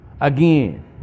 Again